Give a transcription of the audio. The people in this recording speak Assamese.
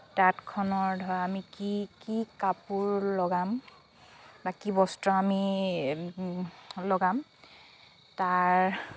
তাঁতখনৰ ধৰা আমি কি কি কাপোৰ লগাম বা কি বস্ত্ৰ আমি লগাম তাৰ